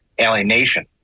Alienation